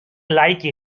like